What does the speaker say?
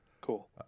Cool